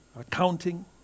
accounting